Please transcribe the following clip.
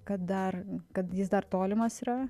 kad dar kad jis dar tolimas yra